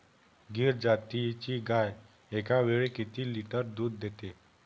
गीर जातीची गाय एकावेळी किती लिटर दूध देते?